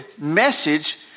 message